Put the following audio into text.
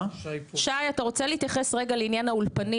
שי, אתה רוצה להתייחס רגע לנושא האולפנים?